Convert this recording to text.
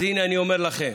אז הינה, אני אומר לכם,